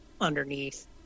underneath